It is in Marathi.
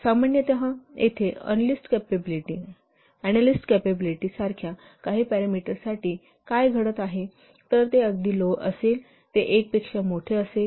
सामान्यत येथे अनॅलिस्ट कॅपॅबिलिटी सारख्या काही पॅरामीटर्ससाठी काय घडत आहे जर ते अगदी लो असेल तर ते 1 पेक्षा मोठे असेल